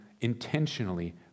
intentionally